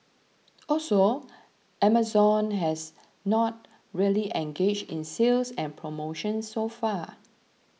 also Amazon has not really engaged in sales and promotions so far